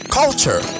culture